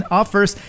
offers